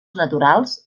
naturals